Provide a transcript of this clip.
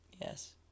Yes